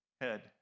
head